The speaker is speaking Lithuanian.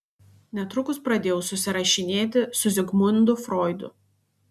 netrukus pradėjau susirašinėti su zigmundu froidu